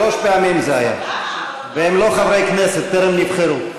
שלום פעמים זה היה, והם לא חברי כנסת, טרם נבחרו.